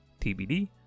TBD